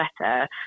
better